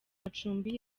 macumbi